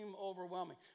overwhelming